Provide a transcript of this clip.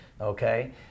okay